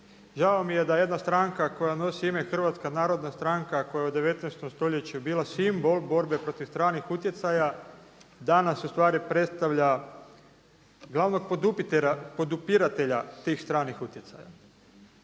Žao mi je da jedna stranka koja nosi ime Hrvatska narodna stranka koja je u 19. stoljeću bila simbol borbe protiv stranih utjecaja danas ustvari predstavlja glavnog podupiratelja tih stranih utjecaja.